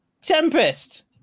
Tempest